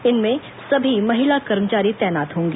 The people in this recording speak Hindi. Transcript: इनमें सभी महिला कर्मचारी तैनात होंगी